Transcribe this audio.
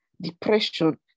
depression